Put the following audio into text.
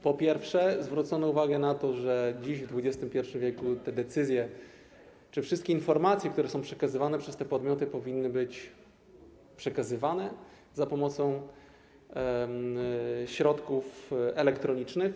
Po pierwsze, zwrócono uwagę na to, że dziś, w XXI w., te decyzje czy wszystkie informacje, które są przekazywane przez te podmioty, powinny być przekazywane za pomocą środków elektronicznych.